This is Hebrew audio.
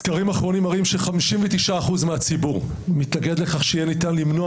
סקרים אחרונים מראים ש-59% מהציבור מתנגד לכך שיהיה ניתן למנוע